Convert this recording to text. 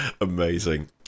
Amazing